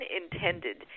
intended